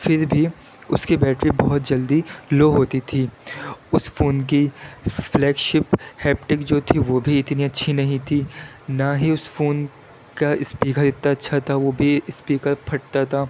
پھر بھی اس کی بیٹری بہت جلدی لو ہوتی تھی اس فون کی فلیک شپ ہیپٹک جو تھی وہ بھی اتنی اچھی نہیں تھی نہ ہی اس فون کا اسپیکر اتنا اچھا تھا وہ بھی اسپیکر پھٹتا تھا